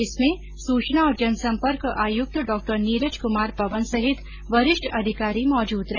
इसमें सूचना और जनसंपर्क आयुक्त डॉ नीरज कुमार पवन सहित वरिष्ठ अधिकारी मौजूद रहे